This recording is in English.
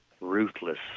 Ruthless